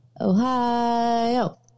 Ohio